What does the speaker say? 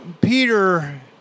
Peter